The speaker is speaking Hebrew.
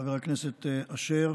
חבר הכנסת אשר,